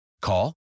Call